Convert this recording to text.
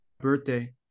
birthday